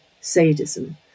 sadism